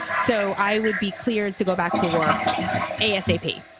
so i would be cleared to go back to work a s a p.